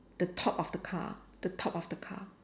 the top of the car the top of the car